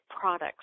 products